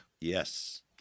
yes